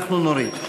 אנחנו נוריד.